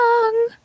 long